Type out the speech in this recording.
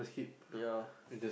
ya